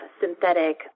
synthetic